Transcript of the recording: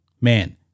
Man